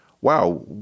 wow